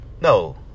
No